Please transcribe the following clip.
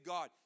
God